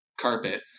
carpet